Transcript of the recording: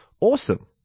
awesome